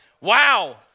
wow